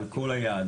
על כל היעדים,